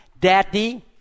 Daddy